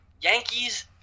Yankees